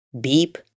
Beep